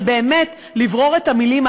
אבל באמת, לברור את המילים.